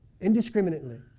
indiscriminately